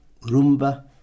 rumba